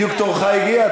בדיוק תורך הגיע,